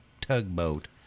tugboat